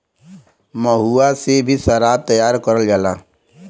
महुआ से भी सराब तैयार करल जाला